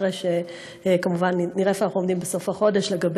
אחרי שכמובן נראה איפה אנחנו עומדים בסוף החודש לגבי